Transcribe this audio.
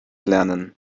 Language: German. lernen